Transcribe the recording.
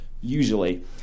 usually